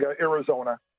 Arizona